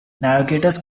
navigators